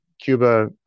Cuba